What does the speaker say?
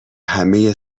همه